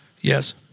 Yes